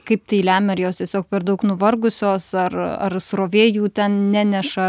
kaip tai lemia ar jos tiesiog per daug nuvargusios ar ar srovė jų ten neneša